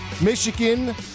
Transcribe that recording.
Michigan